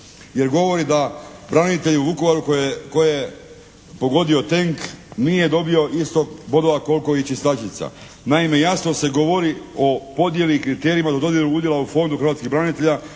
jer govori da branitelj u Vukovaru kojeg je pogodio tenk nije dobio isto bodova kao i čistačica. Naime jasno se govori o podjeli i kriterijima za dodjelu udjela u Fondu hrvatskih branitelja